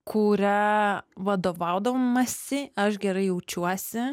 kuria vadovaudamasi aš gerai jaučiuosi